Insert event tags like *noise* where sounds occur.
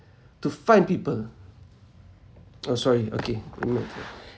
to find people *noise* oh sorry okay *noise*